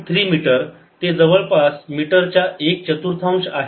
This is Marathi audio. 3 मिटर ते जवळपास मीटरच्या एक चतुर्थांश आहे